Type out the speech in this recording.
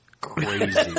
crazy